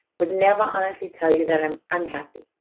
would never honestly tell you that i'm unhappy,